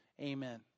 Amen